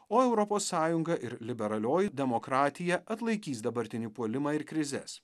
o europos sąjunga ir liberalioji demokratija atlaikys dabartinį puolimą ir krizes